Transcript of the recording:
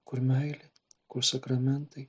kur meilė kur sakramentai